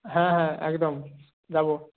হ্যাঁ হ্যাঁ একদম যাবো